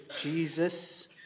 Jesus